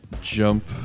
jump